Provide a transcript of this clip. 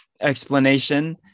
explanation